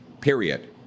period